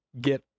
get